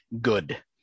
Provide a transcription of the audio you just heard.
good